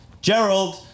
Gerald